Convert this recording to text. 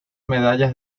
medallas